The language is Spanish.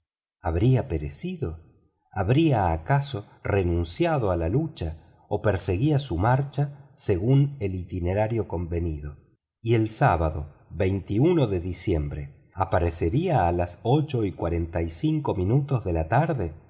habría perecido habría acaso renunciado a la lucha o prosiguió su marcha según el itinerario convenido y el sábado de diciembre aparecería a las ocho y cuarenta y cinco minutos de la tarde